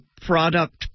product